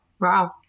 Wow